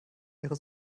ihre